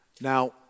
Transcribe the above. Now